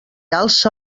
alça